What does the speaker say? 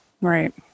Right